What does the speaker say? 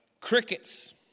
Crickets